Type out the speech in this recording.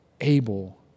able